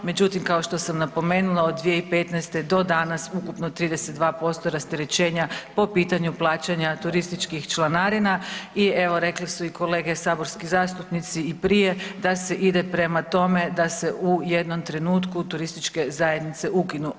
Međutim, kao što sam napomenula od 2015. do danas ukupno 32% rasterećenja po pitanju plaćanja turističkih članarina i evo rekli su i kolege saborski zastupnici i prije da se ide prema tome da se u jednom trenutku turističke zajednice ukinu.